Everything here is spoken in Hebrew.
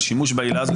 והשימוש בעילה הזאת,